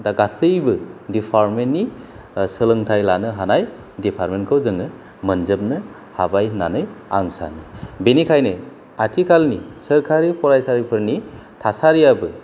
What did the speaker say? दा गासैबो दिपार्तमेन्त नि सोलोंथाइ लानो हानाय दिपार्तमेन्त खौ जोङो मोनजोबनो हाबाय होननानै आं सानो बेनिखायनो आथिखालनि सोरखारि फरायसालिफोरनि थासारियाबो